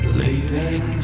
leaving